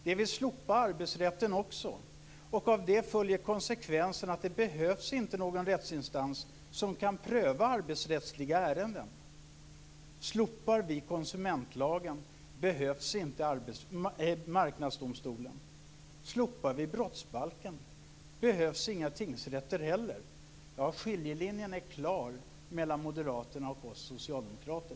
De vill slopa arbetsrätten också, och av det följer konsekvensen att det inte behövs någon rättsinstans som kan pröva arbetsrättsliga ärenden. Slopar vi konsumentlagen behövs inte Marknadsdomstolen. Slopar vi brottsbalken behövs inga tingsrätter heller. Ja, skiljelinjen är klar mellan moderaterna och oss socialdemokrater.